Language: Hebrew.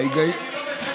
איפה ההיגיון הבריא?